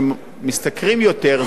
שמשתכרים יותר,